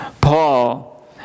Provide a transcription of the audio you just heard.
Paul